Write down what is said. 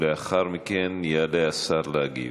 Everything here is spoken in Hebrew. לאחר מכן יעלה השר להגיב.